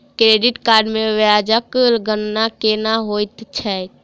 credit card मे ब्याजक गणना केना होइत छैक